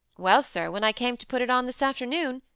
well, sir, when i came to put it on this afternoon,